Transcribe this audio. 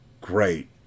Great